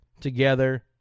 Together